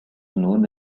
known